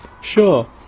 Sure